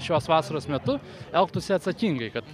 šios vasaros metu elgtųsi atsakingai kad